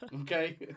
okay